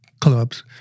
clubs